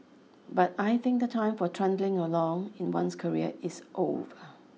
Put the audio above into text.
but I think the time for trundling along in one's career is over